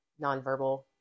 nonverbal